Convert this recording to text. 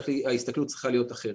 וההסתכלות צריכה להיות אחרת.